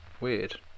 Weird